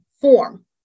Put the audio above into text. form